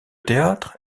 théâtre